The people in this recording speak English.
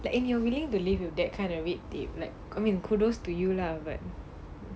and you're willing to live with that kind of red tape like I mean kudos to you lah but